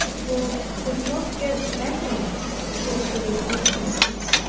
who could not get any end put to their differences,